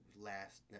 last